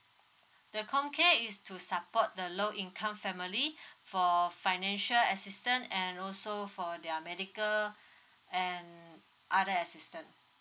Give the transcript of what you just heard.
the comcare is to support the low income family for financial assistance and also for their medical and other assistance